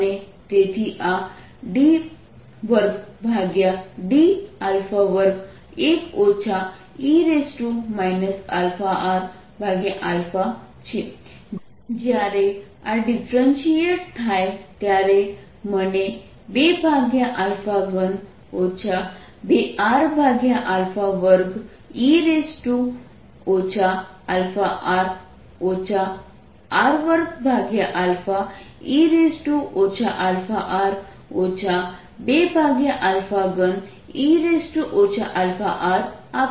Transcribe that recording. અને તેથી આ d2d21 e αrછે જ્યારે આ ડિફરેન્શીએટ થાય ત્યારે મને 23 2r2e αr r2e αr 23e αrઆપે છે